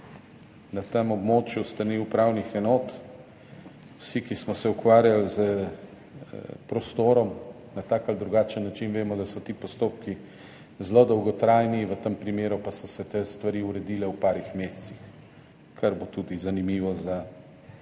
na tem območju s strani upravnih enot. Vsi, ki smo se ukvarjali s prostorom na tak ali drugačen način, vemo, da so ti postopki zelo dolgotrajni, v tem primeru pa so se te stvari uredile v par mesecih, kar bo tudi zanimivo za